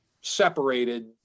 separated